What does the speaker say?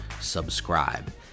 subscribe